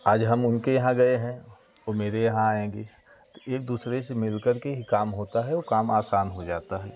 आज हम उनके यहाँ गए हैं वो मेरे यहाँ आएंगी एक दूसरे से मिलकर के ही काम होता है और काम आसान हो जाता है